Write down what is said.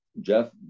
jeff